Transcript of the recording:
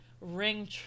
ring